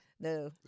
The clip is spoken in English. No